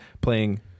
playing